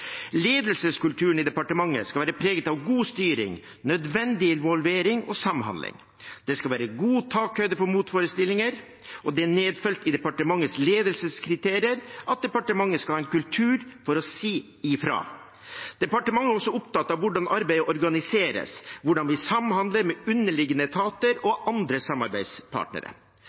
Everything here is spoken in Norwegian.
Ledelseskulturen i departementet skal være preget av god styring, nødvendig involvering og samhandling. Det skal være god takhøyde for motforestillinger, og det er nedfelt i departementets ledelseskriterier at departementet skal ha en kultur for å si ifra. Departementet er også opptatt av hvordan arbeidet organiseres, hvordan vi samhandler med underliggende etater og andre samarbeidspartnere.